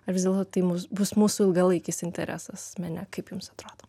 ar vis dėlto tai mūsų bus mūsų ilgalaikis interesas mene kaip jums atrodo